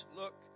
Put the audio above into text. look